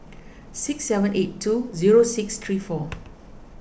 six seven eight two zero six three four